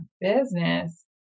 business